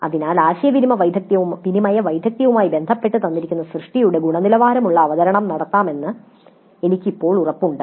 അതിനാൽ ആശയവിനിമയ വൈദഗ്ധ്യവുമായി ബന്ധപ്പെട്ട തന്നിരിക്കുന്ന സൃഷ്ടിയുടെ ഗുണനിലവാരമുള്ള അവതരണം നടത്താമെന്ന് എനിക്ക് ഇപ്പോൾ ഉറപ്പുണ്ട്